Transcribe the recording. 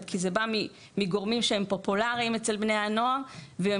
כי זה בא מגורמים שהם פופולריים אצל בני הנוער והם